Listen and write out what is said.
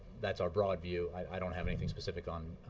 that's our broad view. i don't have anything specific on